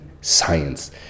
science